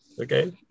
Okay